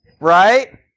right